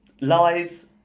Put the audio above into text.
lies